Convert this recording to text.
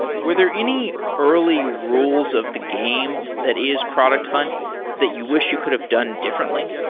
were there any early rules of the game that is product hunt that you wish you could have done differently?